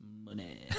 Money